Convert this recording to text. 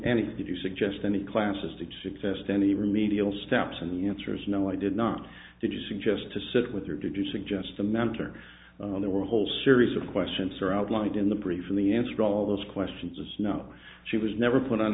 anything to suggest any classes to suggest any remedial steps and the answer is no i did not did you suggest to sit with your to do suggest a mentor there were a whole series of questions or outlined in the briefing the answer all those questions of snow she was never put on